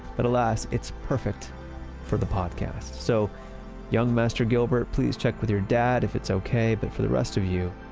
but alas, it's perfect for the podcast. so young master gilbert, please check with your dad if it's okay, but for the rest of you,